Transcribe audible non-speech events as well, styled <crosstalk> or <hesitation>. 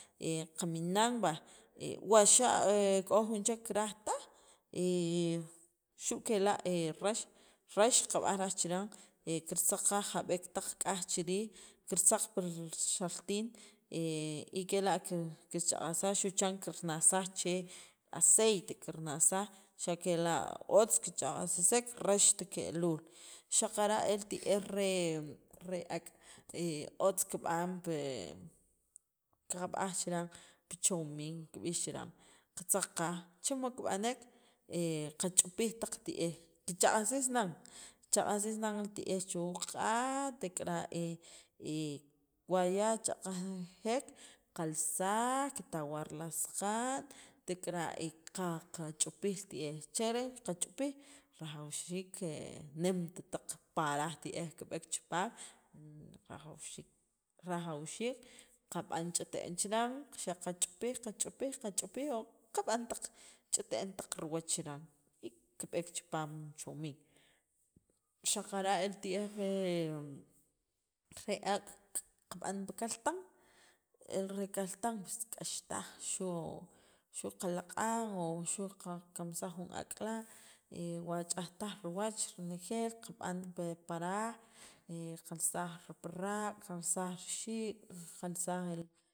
<hesitation> kaminan waxa' k'o jun chek karaaj taj <hesitation> xu kela reex kab'aaj raaj chiran kirtzakaaj jab'eek taq k'aaj chiriij kirtzaq pir xaltiin <hesitation> y kela kir chaq'ajsaaj xuchan kirnajsaaj che aciete kirnajsaaj xakela' otz' ki chaq'ajsiseek reex keluul xaqara' el tieej re re ak' otz' kib'an pi kab'aj chiran pi chomin kib'ix chiran qatzakaaj chemod kib'aneek e ka ch'ipiij taq tieej ki chaq'ajsis nan chaq'ajsis nan li tieej chuq'a' tekara <hesitation> wa' ya chaqajeek kalsaaj kitawar laj saqaan tik'ara' ka kach'ipiij li tieej chiren ka kach'ipiij rajawxiik <hesitation> neem taj paraj tieej kib'ek chipaam rajawxiik kab'an ch'iteen chiran xaqa ch'ipiij ch'ipiij ch'ipiij o kab'an taq ch'iteen taq riwach chiran y kib'eek chipaam chomin xaqara' el tieej re ak' kab'an pi kaltaan el re kaltaan k'ax taj xu ka laq'an o xu ka kamsaaj jun ak' la y wa' chajtaaj riwach renejeel kab'an pi paraj e kalsaaj riparaq' kalsaj ri xiik' kalsaj.